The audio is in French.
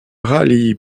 rallie